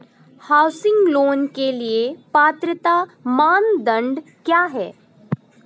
Housing loan के लिए पात्रता मानदंड क्या हैं?